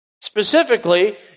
Specifically